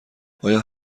آیا